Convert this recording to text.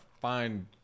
find